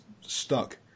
stuck